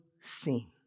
seen